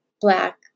Black